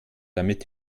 damit